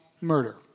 murder